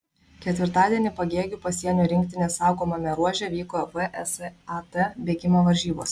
ketvirtadienį pagėgių pasienio rinktinės saugomame ruože vyko vsat bėgimo varžybos